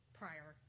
prior